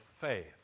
faith